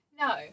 No